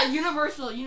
universal